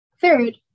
Third